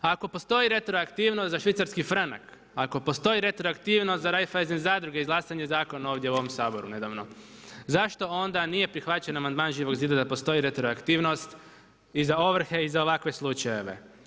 A ako postoji retroaktivnost za švicarski franak, ako postoji retroaktivnost za Raiffeisen zadruge, izglasan je zakon ovdje u ovom Saboru nedavno, zašto onda nije prihvaćen amandman Živog zida da postoji retroaktivnost i za ovrhe i za ovakve slučajeve?